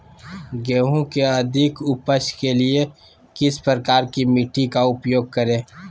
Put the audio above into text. गेंहू की अधिक उपज के लिए किस प्रकार की मिट्टी का उपयोग करे?